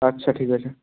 আচ্ছা ঠিক আছে